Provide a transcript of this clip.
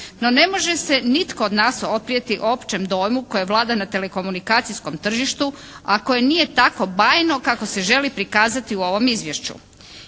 No, ne može se nitko od nas oduprijeti općem dojmu koje vlada na telekomunikacijskom tržištu, a koje nije tako bajno kako se želi prikazati u ovom izvješću.